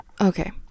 okay